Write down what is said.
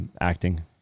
acting